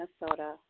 Minnesota